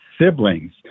siblings